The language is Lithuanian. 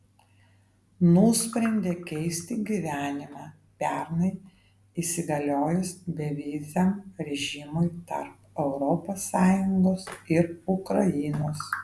nusprendė keisti gyvenimą pernai įsigaliojus beviziam režimui tarp europos sąjungos ir ukrainos